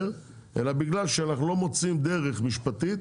אלא בגלל שאנחנו לא מוצאים דרך משפטית